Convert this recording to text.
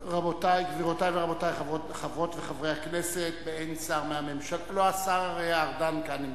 רע"ם-תע"ל חד"ש בל"ד, העבודה ומרצ